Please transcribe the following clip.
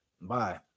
Bye